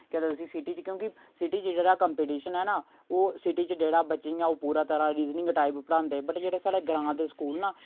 केह् आखदे उस्सी सिटी च क्यूंकि सिटी च जेह्ड़ा कम्पिटीशन ऐ ना ओह् सिटी च जेह्ड़ा बच्चें गी ओह् पूरा तरह रीजनिंग टाइप पढ़ांदे बट जेह्ड़े साढ़े ग्रां दे स्कूल ना